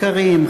מכרים,